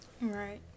right